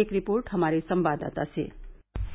एक रिपोर्ट हमारे संवाददाता से